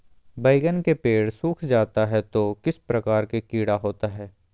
बैगन के पेड़ सूख जाता है तो किस प्रकार के कीड़ा होता है?